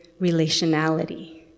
relationality